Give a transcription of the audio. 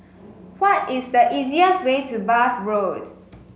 why is the easiest way to Bath Road